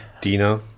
Dina